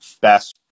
best